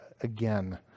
again